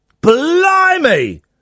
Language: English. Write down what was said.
Blimey